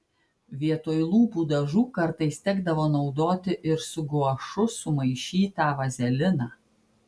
vietoj lūpų dažų kartais tekdavo naudoti ir su guašu sumaišytą vazeliną